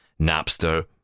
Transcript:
Napster